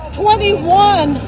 twenty-one